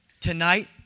tonight